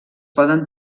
poden